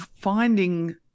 finding